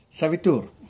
Savitur